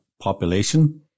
population